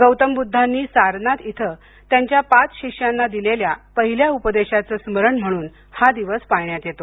गौतम बुद्धांनी सारनाथ इथं त्यांच्या पाच शिष्यांना दिलेल्या पहिल्या उपदेशाचं स्मरण म्हणून हा दिवस पाळण्यात येतो